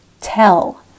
Tell